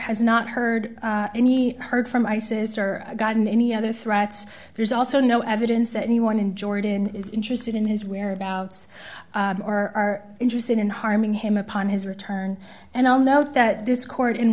has not heard any heard from isis or gotten any other threats there's also no evidence that anyone in jordan is interested in his whereabouts or are interested in harming him upon his return and i'll note that this court in